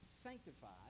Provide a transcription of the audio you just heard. sanctified